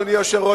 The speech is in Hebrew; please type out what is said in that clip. אדוני היושב-ראש,